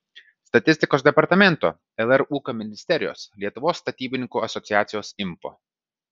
statistikos departamento lr ūkio ministerijos lietuvos statybininkų asociacijos info